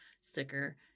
sticker